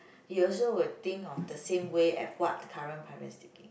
you also will think of the same way as what current parents thinking